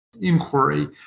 inquiry